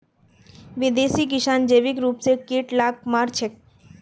विदेशी किसान जैविक रूप स कीट लाक मार छेक